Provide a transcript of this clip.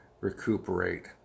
recuperate